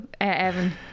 evan